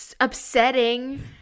upsetting